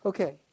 Okay